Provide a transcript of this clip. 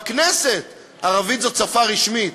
בכנסת ערבית זו שפה רשמית,